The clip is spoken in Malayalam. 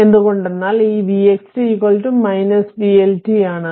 എന്ത് കൊണ്ടെന്നാൽ ഈ vxt vLt ആണ്